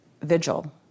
vigil